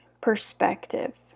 perspective